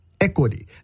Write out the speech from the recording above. equity